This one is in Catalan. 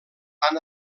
han